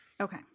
Okay